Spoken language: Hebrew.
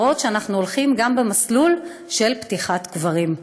אפילו שאנחנו הולכים גם במסלול של פתיחת קברים.